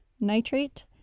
nitrate